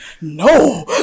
No